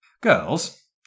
Girls